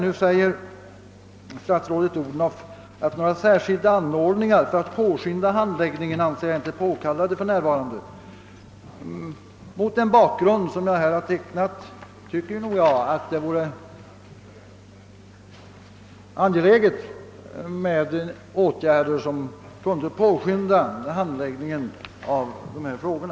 Nu säger statsrådet Odhnoff, att hon inte anser några särskilda anordningar för att påskynda handläggningen för närvarande vara påkallade. Mot den bakgrund jag här tecknat tycker jag nog att det vore angeläget med åtgärder som kunde påskynda handläggningen av dessa ärenden.